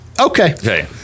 Okay